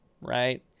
right